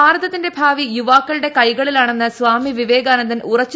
ഭാരത്തിന്റെ ഭാവി യുവാക്കളുടെ കൈകളിലാണെന്ന് സ്വാമീവിവേകാനന്ദൻ ഉറച്ചു